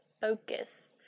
focus